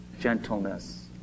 gentleness